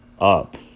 up